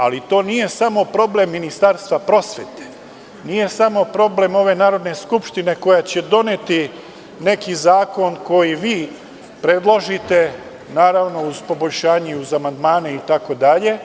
Ali, to nije samo problem Ministarstva prosvete, ove Narodne skupštine koja će doneti neki zakon koji vi predložite uz poboljšanje i amandmane itd.